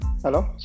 Hello